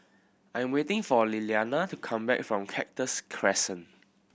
I am waiting for Lilliana to come back from Cactus Crescent